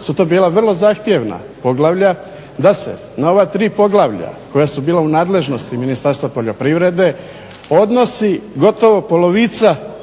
su to bila vrlo zahtjevna poglavlja, da se na ova ti poglavlja koja su bila u nadležnosti Ministarstva poljoprivrede odnosi gotovo polovica zakona